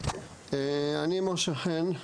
אני משה חן,